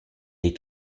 est